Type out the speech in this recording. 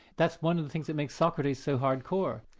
that's one of the things that makes socrates so hard core.